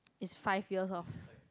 it's five years of